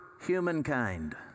humankind